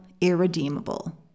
irredeemable